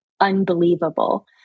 unbelievable